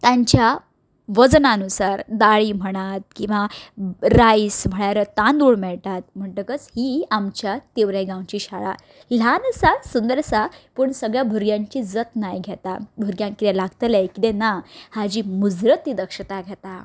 तांच्या वजना नुसार दाळी म्हणा किंवां रायस म्हणल्यार तांदूळ मेळटात म्हणटकच ही आमच्या तिवरे गांवच्या शाळा ल्हान आसा सुंदर आसा पूण सगल्या भुरग्यांची जतनाय घेता भुरग्यांक किदें लागतलें किदें ना हाजी मुजरत ती दक्षताय घेता